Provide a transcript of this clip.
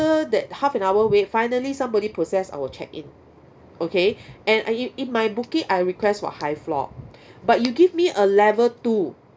that half an hour wait finally somebody process our check in okay and in in my booking I request for high floor but you give me a level two